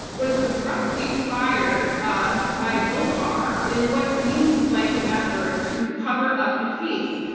was abruptly fired ah by bill barr in what seems like an effort to cover up the case.